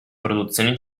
produzioni